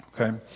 Okay